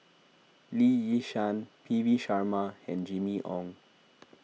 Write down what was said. Lee Yi Shyan P V Sharma and Jimmy Ong